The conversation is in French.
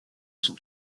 son